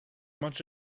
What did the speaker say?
bunch